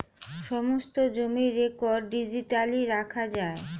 সমস্ত জমির record digitally রাখা যায়